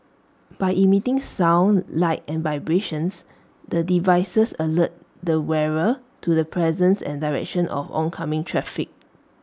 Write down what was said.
by emitting sound light and vibrations the devices alert their wearer to the presence and direction of oncoming traffic